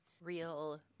real